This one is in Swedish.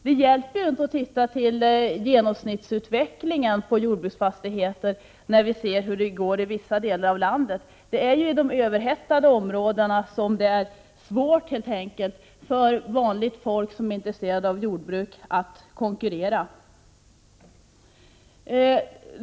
Det hjälper inte att titta på genomsnittsutvecklingen för jordbruksfastigheter när det i de överhettade områdena i landet är svårt för vanligt folk som är intresserade av jordbruk att konkurrera.